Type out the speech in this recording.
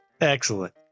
Excellent